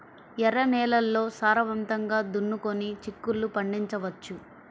ఎర్ర నేలల్లో సారవంతంగా దున్నుకొని చిక్కుళ్ళు పండించవచ్చు